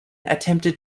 attempted